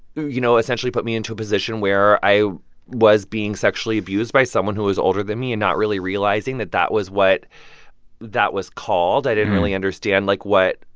you know, essentially put me into a position where i was being sexually abused by someone who was older than me and not really realizing that that was what that was called. i didn't really understand, like, what,